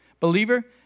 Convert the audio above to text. Believer